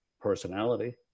personality